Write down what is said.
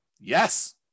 Yes